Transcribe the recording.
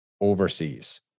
overseas